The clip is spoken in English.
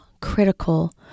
critical